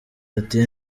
ati